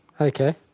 Okay